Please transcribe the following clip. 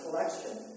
Collection